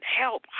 help